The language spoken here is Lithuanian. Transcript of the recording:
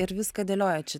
ir viską dėliojot šit